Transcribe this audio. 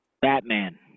Batman